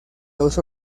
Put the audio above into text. dos